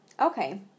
Okay